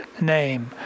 name